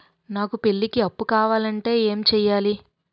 నాకు పెళ్లికి అప్పు కావాలంటే ఏం చేయాలి?